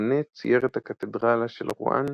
מונה צייר את הקתדרלה של רואן